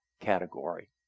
category